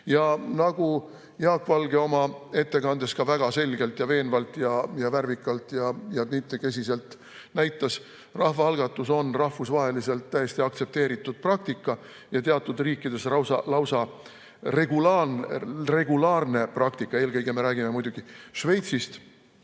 Nagu Jaak Valge oma ettekandes ka väga selgelt, veenvalt, värvikalt ja mitmekesiselt näitas, rahvaalgatus on rahvusvaheliselt täiesti aktsepteeritud praktika ja teatud riikides lausa regulaarne praktika. Eelkõige me räägime muidugi Šveitsist.